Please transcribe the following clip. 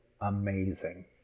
amazing